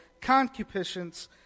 concupiscence